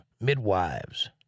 midwives